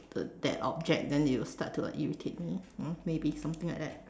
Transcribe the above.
the that object then it will start to like irritate me mm maybe something like that